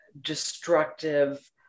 destructive